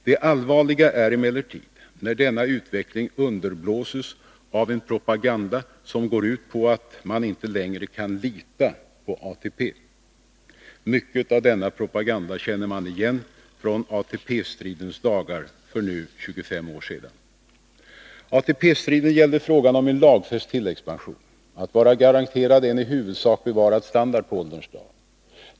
Det allvarliga är emellertid när denna utveckling underblåses av en propaganda, som går ut på att man inte längre kan lita på ATP. Mycket av denna propaganda känner man igen från ATP-stridens dagar för nu 25 år sedan. ATP-striden gällde frågan om en lagfäst tilläggspension, att vara garanterad en i huvudsak bevarad standard på ålderns dar.